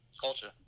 culture